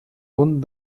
punt